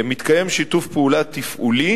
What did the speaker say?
מתקיים שיתוף פעולה תפעולי